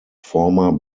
former